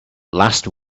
last